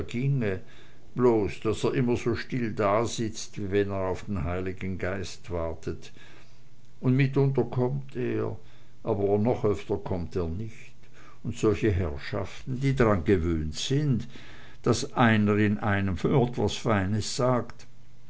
bloß daß er immer so still da sitzt wie wenn er auf den heiligen geist wartet und mitunter kommt er aber noch öfter kommt er nicht und solche herrschaften die dran gewöhnt sind daß einer in einem fort was feines sagt